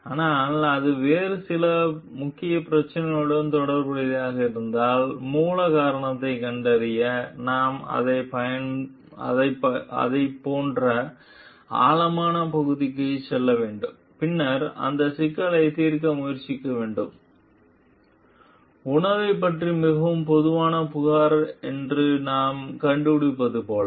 ஆனால் அது வேறு சில முக்கிய பிரச்சினைகளுடன் தொடர்புடையதாக இருந்தால் மூல காரணத்தைக் கண்டறிய நாம் அதைப் போன்ற ஆழமான பகுதிக்குச் செல்ல வேண்டும் பின்னர் அந்த சிக்கலைத் தீர்க்க முயற்சிக்க வேண்டும் உணவைப் பற்றி மிகவும் பொதுவான புகார் என்று நாம் கண்டுபிடிப்பது போல